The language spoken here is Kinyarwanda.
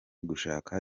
gushaka